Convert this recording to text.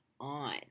on